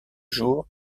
jour